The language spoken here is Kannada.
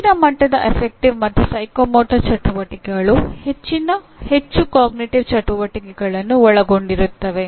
ಹೆಚ್ಚಿನ ಮಟ್ಟದ ಗಣನ ಮತ್ತು ಮನೋಪ್ರೇರಣಾ ಚಟುವಟಿಕೆಗಳು ಹೆಚ್ಚು ಅರಿವಿನ ಚಟುವಟಿಕೆಗಳನ್ನು ಒಳಗೊಂಡಿರುತ್ತವೆ